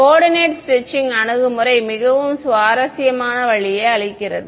coordinate stretching அணுகுமுறை மிகவும் சுவாரஸ்யமான வழியை அளிக்கிறது